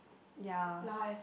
yes